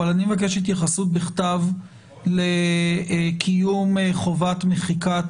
אבל אני מבקש התייחסות בכתב לקיום חובת מחיקת